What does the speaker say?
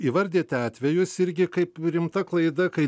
įvardijate atvejus irgi kaip rimta klaida kai